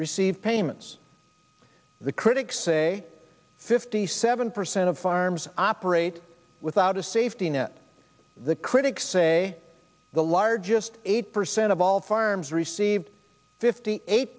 receive payments the critics say fifty seven percent of farms operate without a safety net the critics say the largest eight percent of all farms received fifty eight